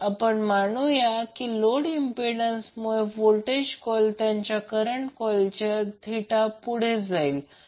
तर आपण असे मानू या लोड इम्पिडंन्समुळे व्होल्टेज कॉर्ईल त्याच्या करंट कॉर्ईलच्या पुढे जाईल